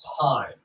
time